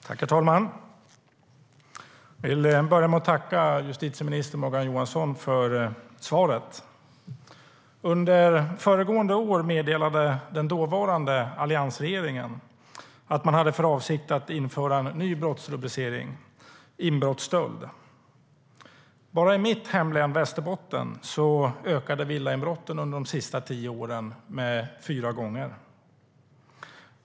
Herr talman! Jag vill börja med att tacka justitieminister Morgan Johansson för svaret. Under föregående år meddelade den dåvarande alliansregeringen att man hade för avsikt att införa en ny brottsrubricering, inbrottsstöld. Bara i mitt hemlän Västerbotten har villainbrotten ökat fyrfaldigt under de senaste tio åren.